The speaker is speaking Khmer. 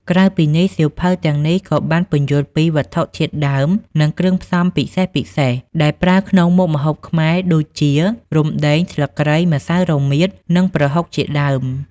ក្រៅពីនេះ សៀវភៅទាំងនេះក៏បានពន្យល់ពី វត្ថុធាតុដើម និងគ្រឿងផ្សំពិសេសៗ ដែលប្រើក្នុងម្ហូបខ្មែរដូចជា រំដេង ស្លឹកគ្រៃ ម្សៅរមៀត និងប្រហុក ជាដើម។